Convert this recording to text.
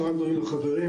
צוהריים טובים לחברים.